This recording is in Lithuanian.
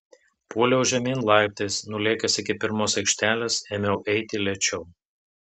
puoliau žemyn laiptais nulėkęs iki pirmos aikštelės ėmiau eiti lėčiau